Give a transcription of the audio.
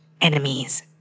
enemies